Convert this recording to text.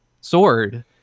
sword